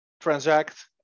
transact